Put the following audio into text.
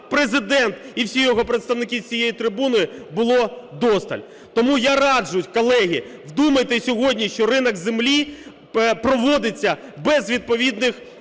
Президент і всі його представники за цією трибуною, будо вдосталь. Тому я раджу, колеги, вдумайтесь в сьогодні, що ринок землі проводиться без відповідних